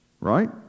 Right